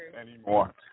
anymore